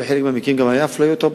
בחלק מהמקרים היתה גם אפליה קשה: